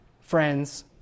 friends